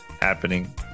happening